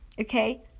okay